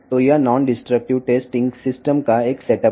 కాబట్టి ఇది non destructive testing system యొక్క సెటప్